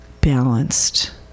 balanced